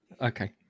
Okay